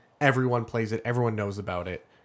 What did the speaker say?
everyone-plays-it-everyone-knows-about-it